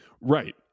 Right